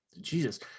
Jesus